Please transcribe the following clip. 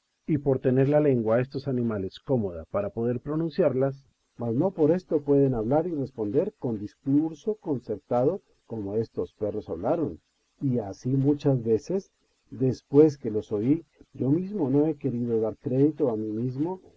y por tener la lengua estos animales cómoda para poder pronunciarlas mas no por esto pueden hablar y responder con discurso concertado como estos perros hablaron y así muchas veces despu eacute s que los oí yo mismo no he querido dar crédito a mí mismo